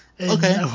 okay